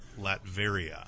Latveria